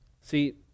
See